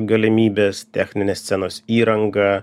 galimybės techninė scenos įranga